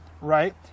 right